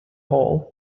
hole